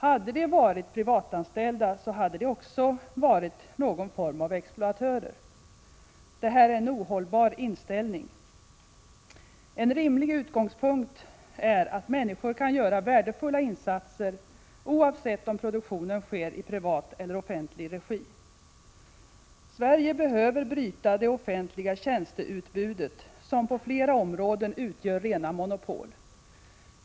Hade de varit privatanställda, hade de också varit någon form av exploatörer. Detta är en ohållbar inställning. En rimlig utgångspunkt är att människor kan göra värdefulla insatser, oavsett om produktionen sker i privat eller offentlig regi. Prot. 1986/87:136 Sverige behöver bryta det offentliga tjänsteutbudet, som på flera områden = 4 juni 1987 utgör rena monopol.